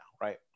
right